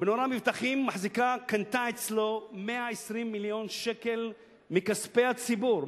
"מנורה מבטחים" קנתה אצלו 120 מיליון שקל מכספי הציבור,